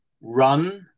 run